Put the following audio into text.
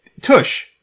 tush